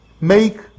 make